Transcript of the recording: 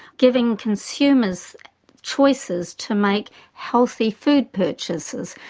giving consumers choices to make healthy food purchases.